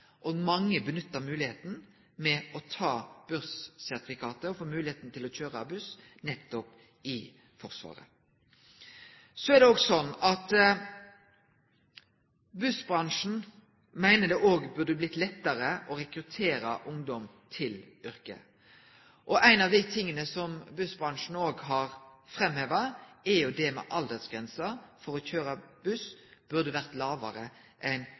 og mange av dei nytta moglegheita til å ta bussertifikatet, for å kjøre buss, nettopp i Forsvaret. Så er det òg sånn at bussbransjen meiner det burde blitt lettare å rekruttere ungdom til yrket. Ein ting som bussbransjen òg har framheva, er at aldersgrensa for å kjøre buss burde vore